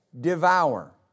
devour